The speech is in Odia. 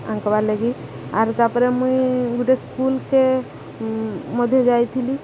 ଆଙ୍କବାର୍ ଲାଗି ଆରୁ ତାପରେ ମୁଇଁ ଗୋଟେ ସ୍କୁଲକେ ମଧ୍ୟ ଯାଇଥିଲି